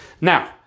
Now